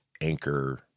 Anchor